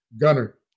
Gunner